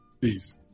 Peace